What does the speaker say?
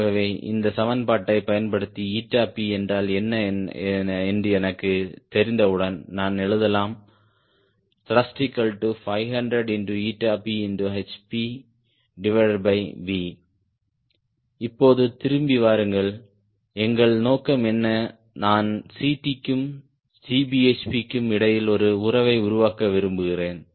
ஆகவே இந்த சமன்பாட்டைப் பயன்படுத்தி Pஎன்றால் என்ன என்று எனக்குத் தெரிந்தவுடன் நான் எழுதலாம் Thrust500PhPV இப்போது திரும்பி வாருங்கள் எங்கள் நோக்கம் என்ன நான் Ct க்கும் Cbhp க்கும் இடையில் ஒரு உறவை உருவாக்க விரும்புகிறேன்